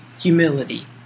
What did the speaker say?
Humility